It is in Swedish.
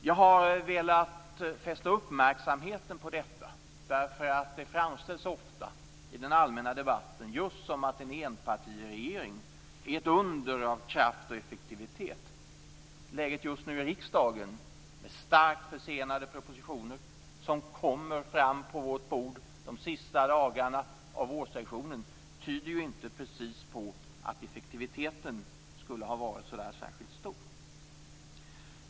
Jag har velat fästa uppmärksamheten på detta, därför att det framställs ofta i den allmänna debatten just som att en enpartiregering är ett under av kraft och effektivitet. Läget just nu i riksdagen, med starkt försenade propositioner som kommer fram på vårt bord de sista dagarna av vårsessionen, tyder ju inte precis på att effektiviteten skulle ha varit så särskilt stor.